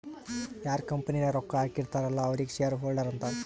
ಯಾರ್ ಕಂಪನಿ ನಾಗ್ ರೊಕ್ಕಾ ಹಾಕಿರ್ತಾರ್ ಅಲ್ಲಾ ಅವ್ರಿಗ ಶೇರ್ ಹೋಲ್ಡರ್ ಅಂತಾರ